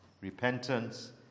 repentance